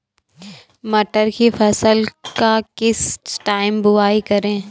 मटर की फसल का किस टाइम बुवाई करें?